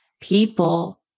people